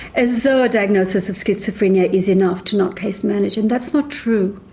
as though a diagnosis of schizophrenia is enough to not case manage, and that's not true.